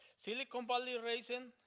silicon valley rising